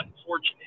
unfortunate